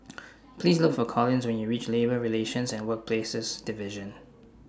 Please Look For Collis when YOU REACH Labour Relations and Workplaces Division